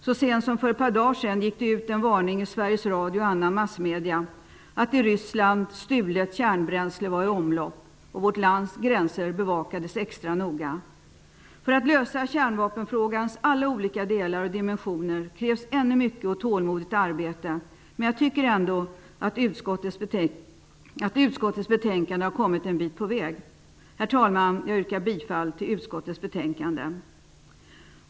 Så sent som för ett par dagar sedan gick det ut en varning i Sveriges Radio och andra massmedier att kärnbränsle som stulits i Ryssland var i omlopp. Vårt lands gränser bevakades extra noga. För att lösa kärnvapenfrågans alla olika delar och dimensioner krävs ännu mycket och tålmodigt arbete. Men jag tycker ändå att utskottets betänkande kommit en bit på väg. Herr talman! Jag yrkar bifall till utskottets hemställan.